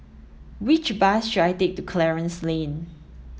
which bus should I take to Clarence Lane